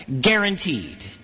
guaranteed